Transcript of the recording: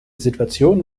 situation